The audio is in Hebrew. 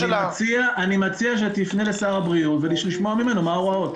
אני מציע שתפנה לשר הבריאות שתשמע ממנו מה ההוראות.